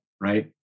right